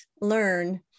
learn